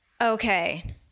Okay